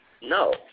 No